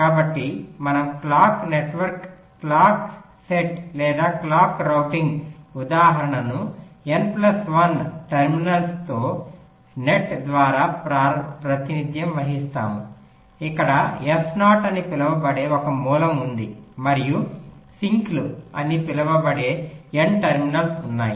కాబట్టి మనము clock network clock net లేదా క్లాక్ రౌటింగ్ ఉదాహరణను n ప్లస్ 1 టెర్మినల్లతో నెట్ ద్వారా ప్రాతినిధ్యం వహిస్తాము ఇక్కడ S0 అని పిలువబడే ఒక మూలం ఉంది మరియు సింక్లు అని పిలువబడే n టెర్మినల్స్ ఉన్నాయి